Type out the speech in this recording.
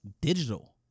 digital